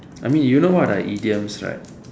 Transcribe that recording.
I mean you know what are idioms right